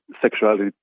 sexuality